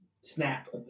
snap